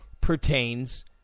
pertains